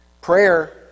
Prayer